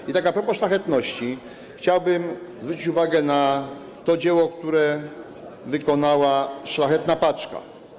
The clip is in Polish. I tak a propos szlachetności, chciałbym zwrócić uwagę na to dzieło, które wykonała Szlachetna Paczka.